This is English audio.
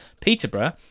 Peterborough